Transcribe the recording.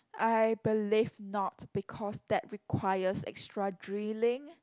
I believe not because that requires extra drilling